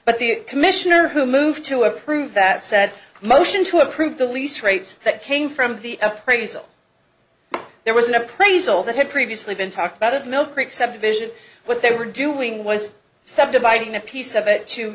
but the commissioner who moved to approve that said motion to approve the lease rates that came from the appraisal there was an appraisal that had previously been talked about at the mill creek subdivision what they were doing was subdividing a piece of it to